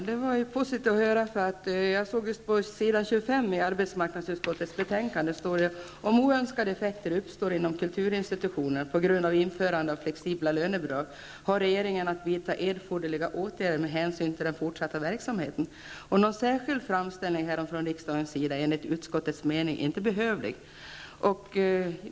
Herr talman! Det var positivt att höra detta. Jag har på s. 25 i arbetsmarknadsutskottets betänkande i ärendet sett följande uttalande: Om oönskade effekter uppstår inom kulturinstitutioner på grund av införande av flexibla lönebidrag, har regeringen att vidta erforderliga åtgärder med hänsyn till den fortsatta verksamheten. Någon särskild framställning härom från riksdagens sida är enligt utskottets mening inte behövlig.